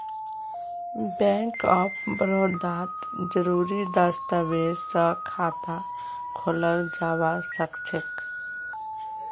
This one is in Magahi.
बैंक ऑफ बड़ौदात जरुरी दस्तावेज स खाता खोलाल जबा सखछेक